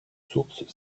sources